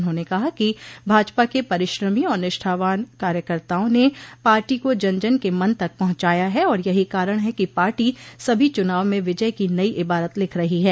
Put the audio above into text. उन्होंने कहा कि भाजपा के परिश्रमी और निष्ठावान कार्यकर्ताओं ने पार्टी को जन जन के मन तक पहुंचाया है और यही कारण है कि पार्टी सभी चुनाव में विजय की नई इबारत लिख रही है